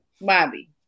Bobby